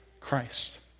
Christ